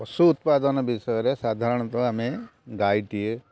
ପଶୁ ଉତ୍ପାଦନ ବିଷୟରେ ସାଧାରଣତଃ ଆମେ ଗାଈଟିଏ